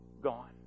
gone